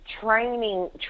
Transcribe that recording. training